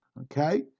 okay